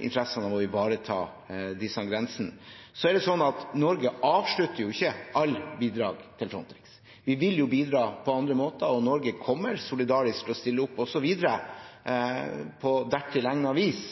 interessen om å ivareta disse grensene. Det er slik at Norge avslutter jo ikke alle bidrag til Frontex. Vi vil bidra på andre måter, og Norge kommer solidarisk til å stille opp også videre på dertil egnet vis